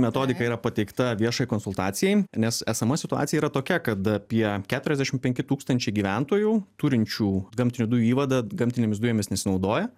metodika yra pateikta viešai konsultacijai nes esama situacija yra tokia kad apie keturiasdešim penki tūkstančiai gyventojų turinčių gamtinių dujų įvadą gamtinėmis dujomis nesinaudoja